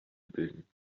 bilden